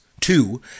Two